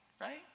right